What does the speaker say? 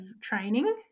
training